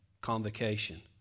convocation